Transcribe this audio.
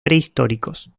prehistóricos